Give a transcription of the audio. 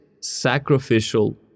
sacrificial